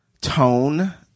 tone